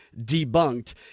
debunked